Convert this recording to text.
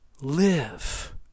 live